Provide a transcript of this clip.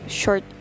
short